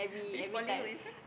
which poly were you from